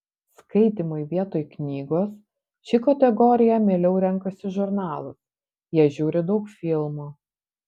skaitymui vietoj knygos ši kategorija mieliau renkasi žurnalus jie žiūri daug filmų